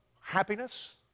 happiness